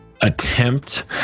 attempt